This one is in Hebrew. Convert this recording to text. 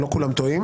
מטומטמים.